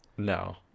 No